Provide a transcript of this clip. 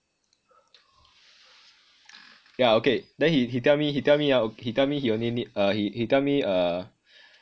yah okay then he he tell me he tell me ah he tell me he only need uh he tell me uh